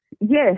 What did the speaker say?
Yes